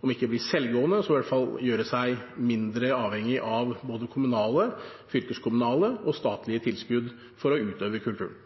om ikke å bli selvgående, så i hvert fall å gjøre seg mindre avhengig av både kommunale, fylkeskommunale og statlige tilskudd for å utøve kulturen.